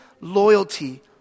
loyalty